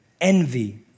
envy